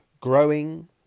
growing